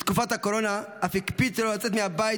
בתקופת הקורונה אף הקפיד שלא לצאת מהבית